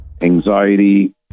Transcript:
anxiety